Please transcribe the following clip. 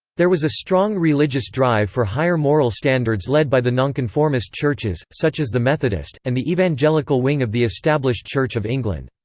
there was a strong religious drive for higher moral standards led by the nonconformist churches, such as the methodist, and the evangelical wing of the established church of england.